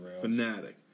fanatic